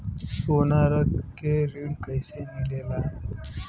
सोना रख के ऋण कैसे मिलेला?